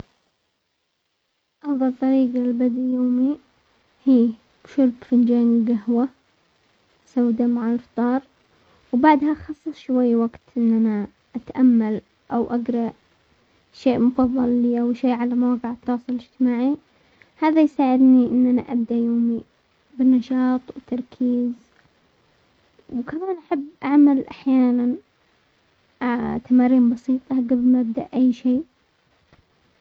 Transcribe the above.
افضل طريقة لبدأ يومي هي شرب فنجان القهوة سودة مع الفطار، وبعدها خسس شوي وقت ان انا اتأمل او اقرا شيء مفضل لي او شيء على مواقع التواصل الاجتماعي، هذا يساعدني ان انا ابدأ يومي بالنشاط وتركيز، وكمان احب اعمل احيانا تمارين بسيطة قبل ما ابدأ اي شي.